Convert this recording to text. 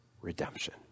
redemption